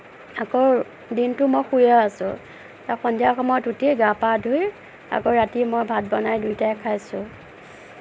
আকৌ দিনটো মই শুইয়েই আছোঁ সন্ধিয়া সময়ত উঠি গা পা ধুই আকৌ ৰাতি মই ভাত বনাই দুইটাই খাইছোঁ